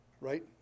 Right